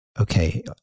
okay